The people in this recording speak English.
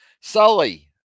Sully